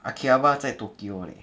akhihabara 在 tokyo leh